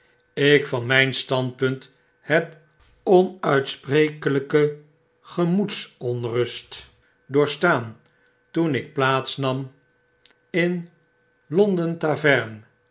ik van mijn standpunt heb onuitsprekelpe gemoedsontrust doorstaan toen ik plaats nam in londen